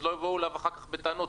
אז לא יבואו אליו אחר-כך בטענות,